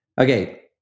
Okay